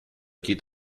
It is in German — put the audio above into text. geht